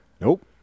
Nope